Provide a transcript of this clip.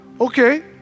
Okay